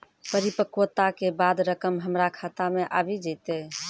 परिपक्वता के बाद रकम हमरा खाता मे आबी जेतै?